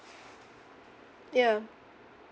yeah